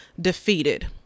defeated